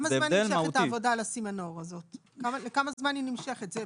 כמה זמן נמשכת העבודה על הסימנור הזאת?